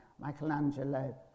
Michelangelo